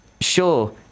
sure